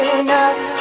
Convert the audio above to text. enough